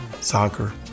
soccer